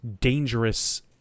dangerous